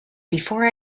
before